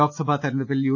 ലോക്സഭ തിരഞ്ഞെടുപ്പിൽ യു